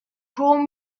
chrome